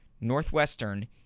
Northwestern